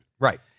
Right